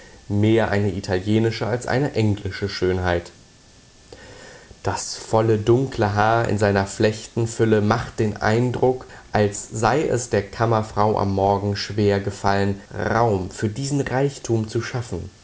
mehr eine italienische als eine englische schönheit das volle dunkle haar in seiner flechtenfülle macht den eindruck als sei es der kammerfrau am morgen schwer gefallen raum für diesen reichtum zu schaffen